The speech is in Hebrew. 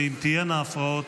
ואם תהיינה הפרעות,